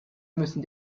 müssen